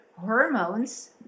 hormones